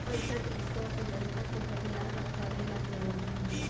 पइसा देश के अर्थव्यवस्था के बरियार करे ला जरुरी होला